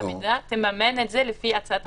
והמדינה תממן את זה לפי הצעת החוק.